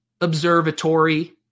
observatory